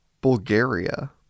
Bulgaria